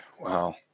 Wow